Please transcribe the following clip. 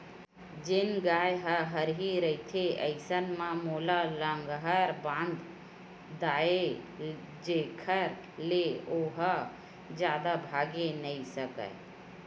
जेन गाय ह हरही रहिथे अइसन म ओला लांहगर बांध दय जेखर ले ओहा जादा भागे नइ सकय